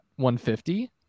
150